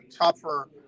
tougher